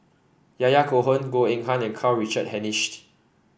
Yahya Cohen Goh Eng Han and Karl Richard Hanitsch